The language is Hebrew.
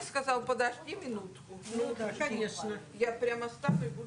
שנראה צמיחה ולא דעיכה.